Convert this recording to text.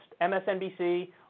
MSNBC